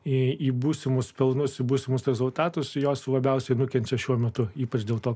į būsimus pelnus būsimus rezultatus jos labiausiai nukenčia šiuo metu ypač dėl to